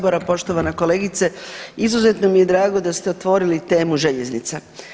Poštovana kolegice, izuzetno mi je drago da ste otvorili temu željeznica.